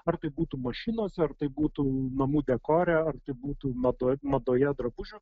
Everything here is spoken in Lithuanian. ar tai būtų mašinos ar tai būtų namų dekore ar tai būtų ma madoje drabužių